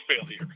failure